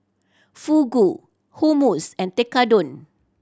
Fugu Hummus and Tekkadon